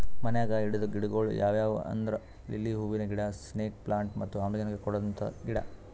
ಮನ್ಯಾಗ್ ಇಡದ್ ಗಿಡಗೊಳ್ ಯಾವ್ಯಾವ್ ಅಂದ್ರ ಲಿಲ್ಲಿ ಹೂವಿನ ಗಿಡ, ಸ್ನೇಕ್ ಪ್ಲಾಂಟ್ ಮತ್ತ್ ಆಮ್ಲಜನಕ್ ಕೊಡಂತ ಗಿಡ